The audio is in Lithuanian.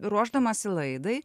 ruošdamasi laidai